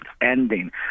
ending